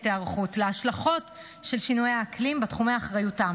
היערכות להשלכות של שינויי האקלים בתחומי אחריותם,